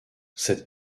cette